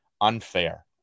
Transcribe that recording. unfair